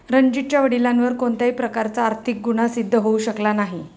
रणजीतच्या वडिलांवर कोणत्याही प्रकारचा आर्थिक गुन्हा सिद्ध होऊ शकला नाही